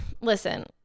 listen